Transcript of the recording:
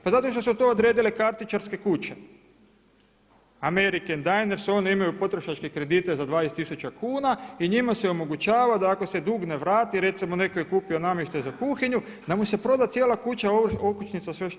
Pa zato što su to odredile kartičarske kuće American, Diners, one imaju potrošačke kredite za 20 tisuća kuna i njima se omogućava da ako se dug ne vrati recimo netko je kupio namještaj za kuhinju da mu se proda cijela kuća, okućnica, sve što god ima.